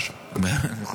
אין בעיה, בבקשה.